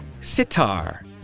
sitar